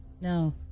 No